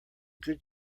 good